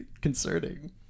concerning